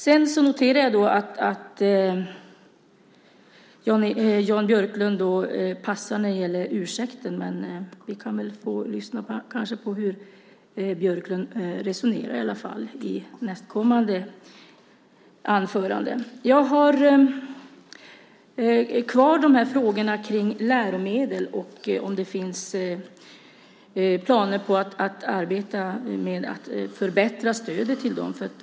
Jag noterar att Jan Björklund passar när det gäller ursäkten. Vi kan väl i nästa inlägg ändå få höra hur Jan Björklund resonerar. Jag har kvar frågorna kring läromedel och om det finns planer på att arbeta med att förbättra stödet till dem.